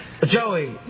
Joey